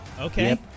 Okay